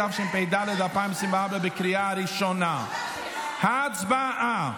התשפ"ד 2024, בקריאה ראשונה, הצבעה.